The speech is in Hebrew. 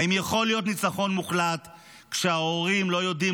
האם יכול להיות ניצחון מוחלט כשההורים לא יודעים